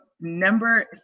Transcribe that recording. number